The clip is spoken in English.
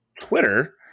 Twitter